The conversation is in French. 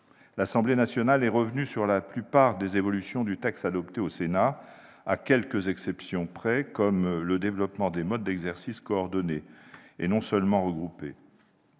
l'Assemblée nationale est revenue sur la plupart des évolutions du texte adoptées au Sénat, à quelques exceptions près, par exemple, le développement des modes d'exercice « coordonné », et non seulement « regroupé